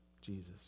Jesus